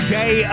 day